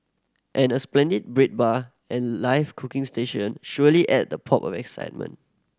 and a splendid bread bar and live cooking stations surely add that pop of excitement